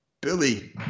Billy